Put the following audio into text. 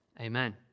amen